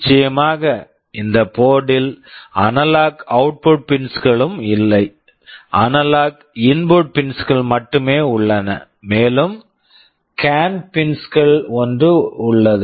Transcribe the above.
நிச்சயமாக இந்த board board ல் analog output pins analog output pins களும் இல்லை analog input pins analog output pins கள் மட்டுமே உள்ளன மேலும் கேன் பின்ஸ் CAN pins என்று ஒன்று உள்ளது